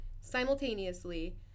simultaneously